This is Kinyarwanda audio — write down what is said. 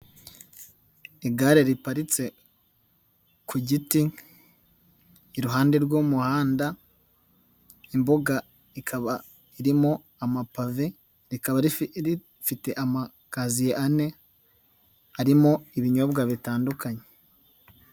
Igare riparitse, ku giti, iruhande rw'umuhanda, imbuga ikaba irimo amapave, rikaba rifite amakaziye ane arimo ibinyobwa bitandukanye.